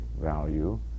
value